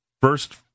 first